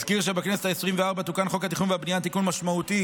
אזכיר שבכנסת העשרים-וארבע תוקן חוק התכנון והבנייה תיקון משמעותי,